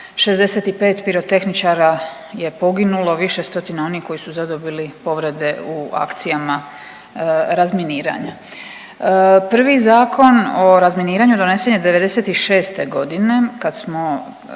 65 pirotehničara je poginulo, više stotina onih koji su zadobili povrede u akcijama razminiranja. Prvi Zakon o razminiranju donesen je '96.g. kad smo